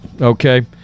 Okay